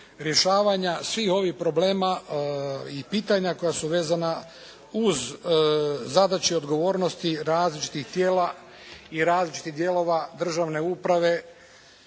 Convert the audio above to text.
rješavanja svih ovih problema i pitanja koja su vezana uz zadaće i odgovornosti različitih tijela i različitih dijelova državne uprave